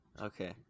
Okay